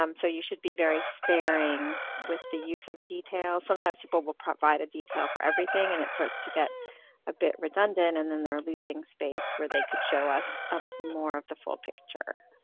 um so you should be very sparing with the use of detail. sometimes people will provide a detail for everything and it starts to get a bit redundant and then they're losing space where they could show us ah more of the full picture.